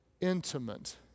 intimate